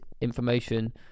information